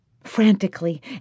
Frantically